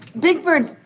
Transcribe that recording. big bird,